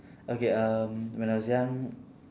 okay um when I was young